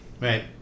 Right